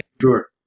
Sure